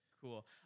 Cool